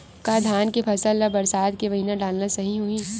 का धान के फसल ल बरसात के महिना डालना सही होही?